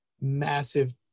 massive